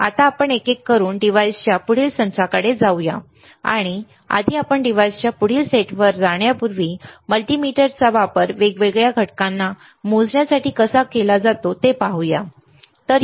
आता आपण एक एक करून डिव्हाइसच्या पुढील संचाकडे जाऊया आणि आधी आपण डिव्हाइसच्या पुढील सेटवर जाण्यापूर्वी मल्टीमीटरचा वापर वेगवेगळ्या घटकांना मोजण्यासाठी कसा केला जातो ते पाहू ठीक आहे